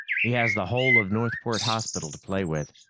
he has the whole of northport hospital to play with.